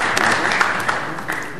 (מחיאות כפיים)